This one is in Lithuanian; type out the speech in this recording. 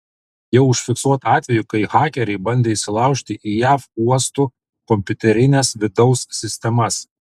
jau užfiksuota atvejų kai hakeriai bandė įsilaužti į jav uostų kompiuterines vidaus sistemas